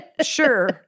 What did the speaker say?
Sure